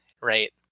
right